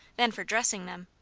than for dressing them.